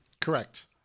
Correct